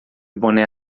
boné